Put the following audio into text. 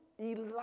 Elijah